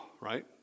right